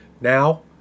now